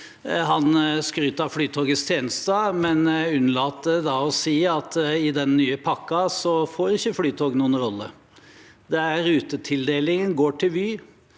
Han skryter av Flyto gets tjenester, men unnlater å si at i den nye pakken får ikke Flytoget noen rolle. Rutetildelingen går til Vy